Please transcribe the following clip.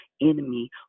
enemy